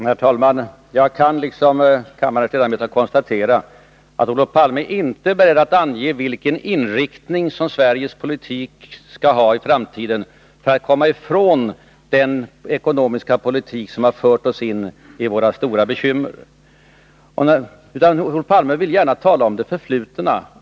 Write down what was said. Herr talman! Jag liksom kammarens övriga ledamöter kan konstatera att Olof Palme inte är beredd att ange vilken inriktning Sveriges politik skall ha i framtiden för att vi skall komma ifrån den ekonomiska politik som har fört ossin i våra stora bekymmer. Han villi stället tala om det förflutna.